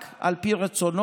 רק על פי רצונו.